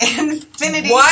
infinity